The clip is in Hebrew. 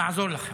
נעזור לכם,